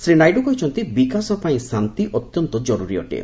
ଶ୍ରୀ ନାଇଡୁ କହିଛନ୍ତି ବିକାଶ ପାଇଁ ଶାନ୍ତି ଅତ୍ୟନ୍ତ ଜରୁରୀ ଅଟେ